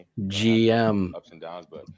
GM